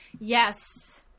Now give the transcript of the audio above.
yes